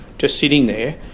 just sitting there,